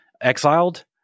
exiled